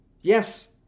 yes